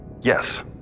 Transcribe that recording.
Yes